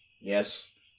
Yes